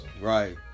Right